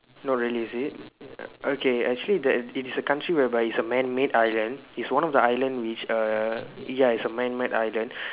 not really is it okay actually that is it is a country whereby is a man made island is one of the island which err ya is a man made island